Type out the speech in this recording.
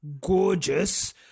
Gorgeous